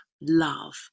love